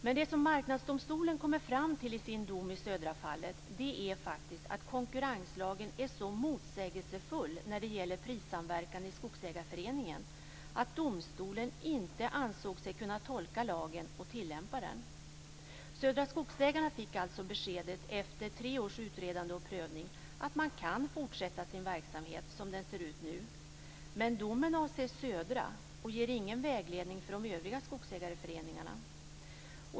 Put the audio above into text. Men det som Marknadsdomstolen kommer fram till i sin dom i Södrafallet är faktiskt att konkurrenslagen när det gäller prissamverkan i skogsägarföreningen är så motsägelsefull att domstolen inte ansett sig kunna tolka lagen och tillämpa den. Södra Skogsägarna fick alltså efter tre års utredande och prövning beskedet att man kan fortsätta sin verksamhet som den ser ut nu. Men domen avser Södra och ger ingen vägledning för de övriga skogsägarföreningarna.